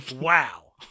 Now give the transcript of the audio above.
wow